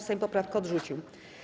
Sejm poprawkę odrzucił.